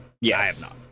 Yes